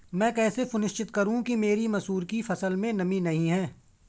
मैं कैसे सुनिश्चित करूँ कि मेरी मसूर की फसल में नमी नहीं है?